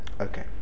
Okay